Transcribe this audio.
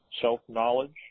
self-knowledge